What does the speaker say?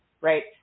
Right